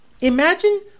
imagine